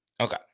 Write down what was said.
Okay